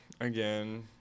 again